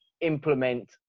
implement